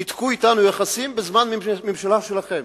ניתקו אתנו את היחסים בזמן הממשלה שלכם.